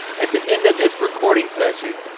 at the end of this recording session,